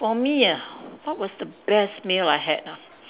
for me ah what was the best meal I had ah